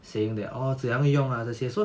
saying that orh 怎样用 ah 这些 so